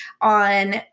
on